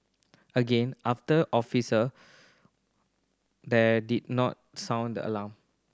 again after officer there did not sound the alarm